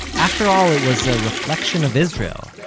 after all, it was a reflection of israel,